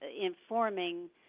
informing